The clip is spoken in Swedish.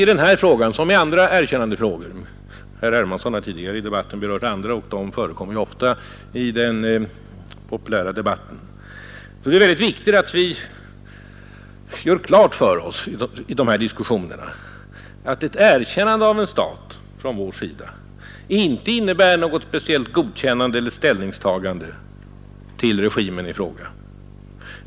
I denna som i andra erkännandefrågor — är det viktigt att vi gör klart för oss att ett erkännande av en stat från vår sida inte innebär ett positivt ställningstagande till regimen i fråga.